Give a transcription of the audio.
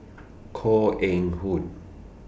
Koh Eng Hoon